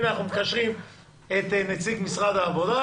הנה אנחנו מקשרים את נציג משרד העבודה,